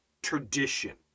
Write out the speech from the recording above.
Tradition